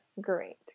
great